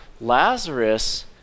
Lazarus